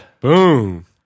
Boom